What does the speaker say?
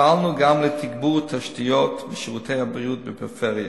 פעלנו גם לתגבור תשתיות בשירותי הבריאות בפריפריה.